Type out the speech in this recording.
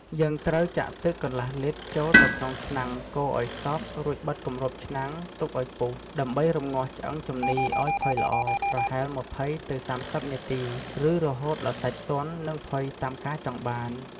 យើងត្រូវចាក់ ទឹកកន្លះលីត្រ ចូលទៅក្នុងឆ្នាំង កូរឱ្យសព្វ រួចបិទគម្របឆ្នាំង ទុកឱ្យពុះ ដើម្បីរំងាស់ឆ្អឹងជំនីរឱ្យផុយល្អ ប្រហែល ២០ ទៅ ៣០ នាទី ឬរហូតដល់សាច់ទន់ និងផុយតាមការចង់បាន។